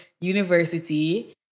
university